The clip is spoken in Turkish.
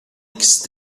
ikisi